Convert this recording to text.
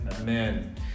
Amen